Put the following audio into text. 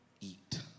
eat